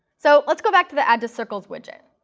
so let's go back to the add to circles widget.